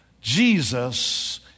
Jesus